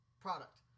product